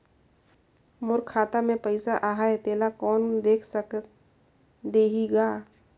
मोर खाता मे पइसा आहाय तेला कोन देख देही गा?